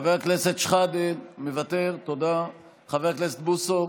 חבר הכנסת שחאדה, מוותר, תודה, חבר הכנסת בוסו,